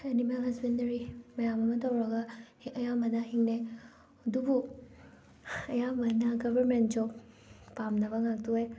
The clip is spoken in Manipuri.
ꯑꯦꯅꯤꯃꯦꯜ ꯍꯖꯕꯦꯟꯗꯔꯤ ꯃꯌꯥꯝ ꯑꯃ ꯇꯧꯔꯒ ꯍꯦꯛ ꯑꯌꯥꯝꯕꯅ ꯍꯤꯡꯅꯩ ꯑꯗꯨꯕꯨ ꯑꯌꯥꯝꯕꯅ ꯒꯕꯔꯃꯦꯟ ꯖꯣꯕ ꯄꯥꯝꯅꯕ ꯉꯥꯛꯇ ꯑꯣꯏ